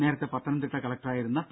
നേരത്തെ പത്തനംതിട്ട കളക്ടറായിരുന്ന പി